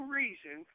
reason